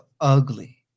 ugly